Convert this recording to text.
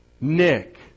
Nick